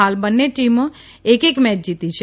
હાલ બંને ટીમે એક એક મેય જીતી છે